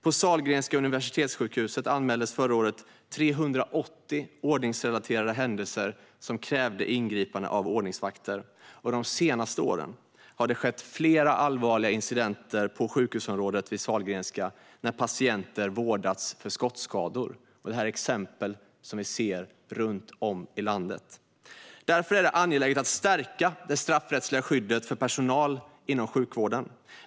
På Sahlgrenska universitetssjukhuset anmäldes förra året 380 ordningsrelaterade händelser som krävde ingripande av ordningsvakter. Under de senaste åren har det skett flera allvarliga incidenter på sjukhusområdet vid Sahlgrenska när patienter har vårdats för skottskador. Sådana exempel kan man se runt om i landet. Därför är det angeläget att stärka det straffrättsliga skyddet för personal inom sjukvården.